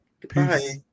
Goodbye